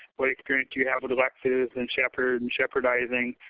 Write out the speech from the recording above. what experience do you have with lexis and shepard and shepardizing.